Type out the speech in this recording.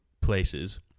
places